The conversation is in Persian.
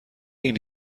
این